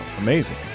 amazing